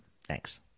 Thanks